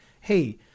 Hey